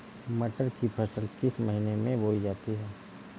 मटर की फसल किस महीने में बोई जाती है?